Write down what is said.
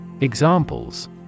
Examples